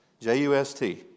J-U-S-T